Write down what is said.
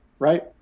Right